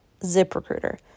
ZipRecruiter